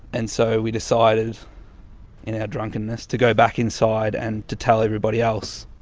and so we decided in our drunkenness to go back inside and to tell everyobody else.